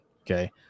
okay